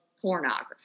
pornography